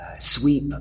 sweep